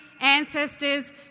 ancestors